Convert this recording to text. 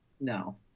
no